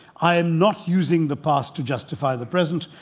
i'm not using the past to justify the present.